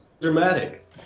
dramatic